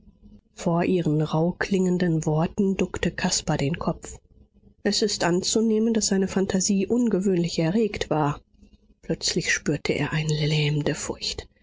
vor ihren rauh klingenden worten duckte caspar den kopf es ist anzunehmen daß seine phantasie ungewöhnlich erregt war plötzlich spürte er eine lähmende furcht